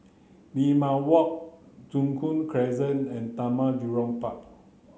Limau Walk Joo Koon Crescent and Taman Jurong Park